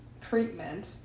treatment